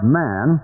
man